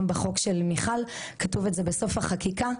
בחוק של מיכל כתוב את זה בסוף החקיקה,